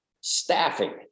staffing